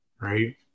right